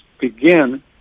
begin